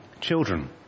children